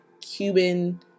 Cuban